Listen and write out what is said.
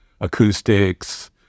acoustics